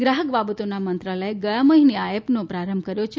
ગ્રાહક બાબતોના મંત્રાલયે ગયા મહિને આ એ નો પ્રારંભ કર્યો છે